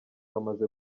bamaze